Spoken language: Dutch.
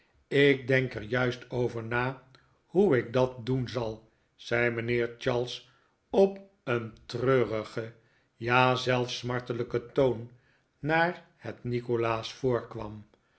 ik denk er juist over na hoe ik dat doen zal zei mijnheer charles op een treurigen jd zelfs smartelijken toon naar het nikolaas voorkwam